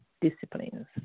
disciplines